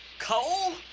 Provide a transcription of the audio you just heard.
cole?